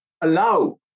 allow